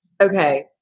Okay